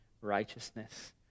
righteousness